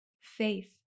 Faith